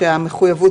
כשהמחויבות